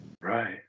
Right